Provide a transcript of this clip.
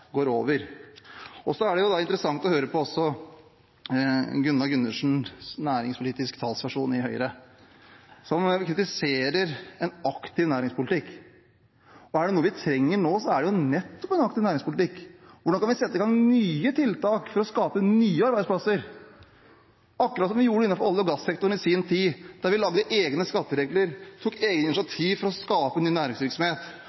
interessant å høre på Gunnar Gundersen, næringspolitisk talsperson i Høyre, som kritiserer en aktiv næringspolitikk. Er det noe vi trenger nå, er det nettopp en aktiv næringspolitikk – hvordan vi kan sette i gang nye tiltak for å skape nye arbeidsplasser, akkurat som vi gjorde innenfor olje- og gassektoren i sin tid, der vi lagde egne skatteregler og tok egne initiativ for å skape ny næringsvirksomhet,